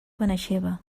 benaixeve